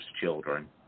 children